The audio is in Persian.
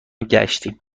گشتیم